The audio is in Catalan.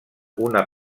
una